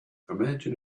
imagine